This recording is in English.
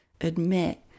admit